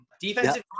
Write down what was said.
defensive